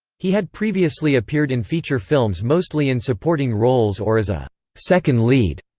he had previously appeared in feature films mostly in supporting roles or as a second lead.